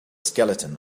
skeleton